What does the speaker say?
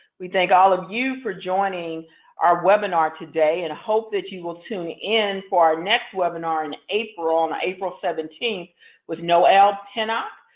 we thank all of you for joining our webinar today and hope that you will tune in for our next webinar in april. on april seventeenth with noel pinnock,